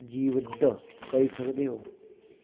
चीबद्ध करी सकदे ओ